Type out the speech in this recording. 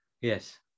Yes